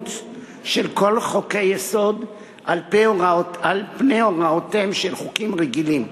העליונות של כל חוקי-היסוד על פני הוראותיהם של חוקים רגילים.